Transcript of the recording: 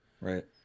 Right